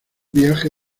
viaje